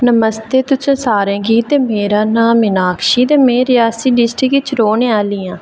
नमस्ते तुसें सारें गी ते मेरा नांऽ मीनाक्षी ते में रियासी डिस्ट्रिक्ट च रौह्ने आह्ली आं